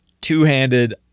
two-handed